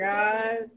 god